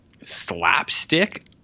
slapstick